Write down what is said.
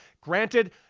Granted